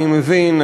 אני מבין,